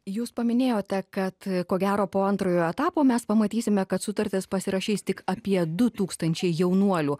jūs paminėjote kad ko gero po antrojo etapo mes pamatysime kad sutartis pasirašys tik apie du tūkstančiai jaunuolių